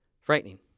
Frightening